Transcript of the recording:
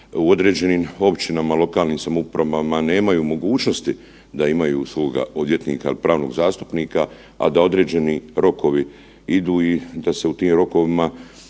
u određenim općinama, lokalnim samoupravama nemaju mogućnosti da nemaju svog odvjetnika, pravnog zastupnika, a da određeni rokovi idu i da se u tim rokovima